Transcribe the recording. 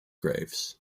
graves